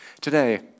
Today